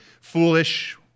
foolish